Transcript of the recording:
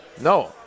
No